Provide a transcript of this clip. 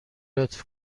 لطف